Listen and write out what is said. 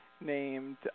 named